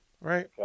Right